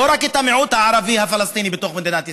לא רק המיעוט הערבי פלסטיני בתוך מדינת ישראל.